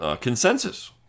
consensus